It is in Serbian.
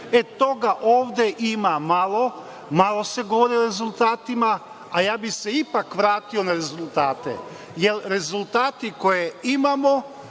Toga ovde ima malo. Malo se govori o rezultatima, a ja bih se ipak vratio na rezultate, jer rezultati koje imamo,